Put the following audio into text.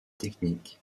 technique